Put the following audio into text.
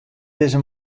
dizze